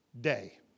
day